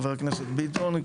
חבר הכנסת ביטון,